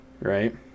right